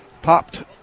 Popped